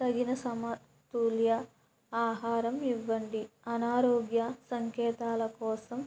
తగిన సమతుల్య ఆహారం ఇవ్వండి అనారోగ్య సంకేతాల కోసం